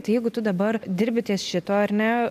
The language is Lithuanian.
jeigu tu dabar dirbi ties šituo ar ne